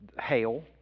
hail